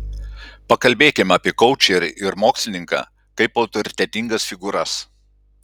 pakalbėkime apie koučerį ir mokslininką kaip autoritetingas figūras